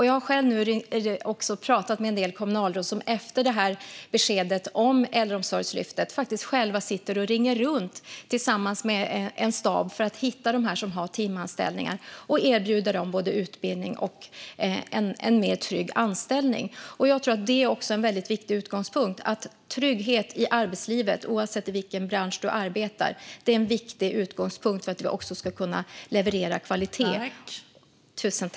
Jag har pratat med en del kommunalråd som efter beskedet om Äldreomsorgslyftet själva tillsammans med en stab sitter och ringer runt för att hitta dem som har timanställningar och erbjuda dem både utbildning och en tryggare anställning. Detta är en viktig utgångspunkt. Trygghet i arbetslivet, oavsett vilken bransch man arbetar i, är en viktig utgångspunkt för att kunna leverera kvalitet.